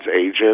agent